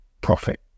profit